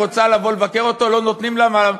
היא רוצה לבוא לבקר אותו ולא נותנים לה,